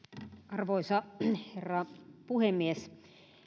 arvoisa herra puhemies